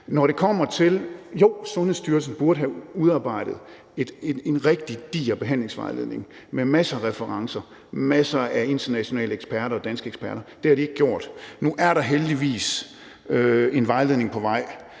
Sundhedsstyrelsen burde have udarbejdet en rigtig diger behandlingsvejledning med masser af referencer til internationale eksperter og danske eksperter. Det har man ikke gjort. Nu er der heldigvis en vejledning på vej,